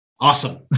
Awesome